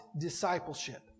discipleship